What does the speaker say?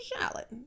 Charlotte